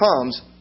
comes